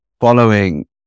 following